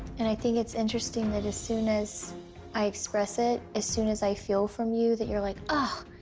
and i think it's interesting that as soon as i express it, as soon as i feel from you that you're like ah